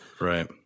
Right